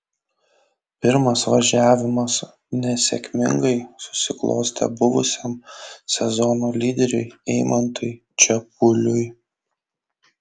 pirmas važiavimas nesėkmingai susiklostė buvusiam sezono lyderiui eimantui čepuliui